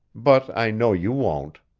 but i know you won't.